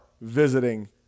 visiting